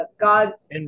God's